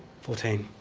fourteen.